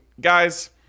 guys